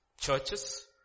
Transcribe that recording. churches